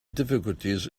difficulties